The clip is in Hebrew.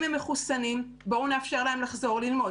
אם הם מחוסנים, בואו נאפשר להם לחזור ללמוד.